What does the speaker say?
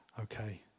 okay